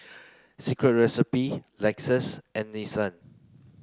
Secret Recipe Lexus and Nissan